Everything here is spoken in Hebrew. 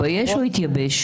הוא התבייש או התייבש?